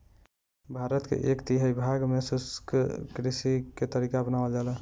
भारत के एक तिहाई भाग में शुष्क कृषि के तरीका अपनावल जाला